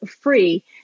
free